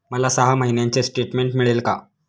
मला सहा महिन्यांचे स्टेटमेंट मिळेल का?